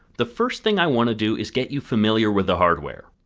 the first thing i want to do is get you familiar with the hardware.